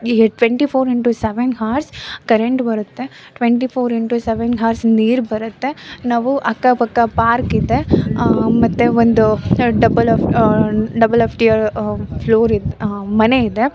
twenty four into seven hours current ಬರುತ್ತೆ twenty four into seven hours ನೀರು ಬರುತ್ತೆ ನಾವು ಅಕ್ಕ ಪಕ್ಕ ಪಾರ್ಕ್ ಇದೆ ಮತ್ತು ಒಂದು ಡಬಲ್ ಆಫ್ ಡಬಲ್ ಆಫ್ ಫ್ಲೋರಿದ್ದು ಮನೆ ಇದೆ